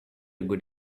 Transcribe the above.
good